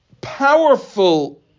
powerful